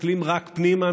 מסתכלים רק פנימה,